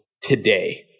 today